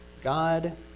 God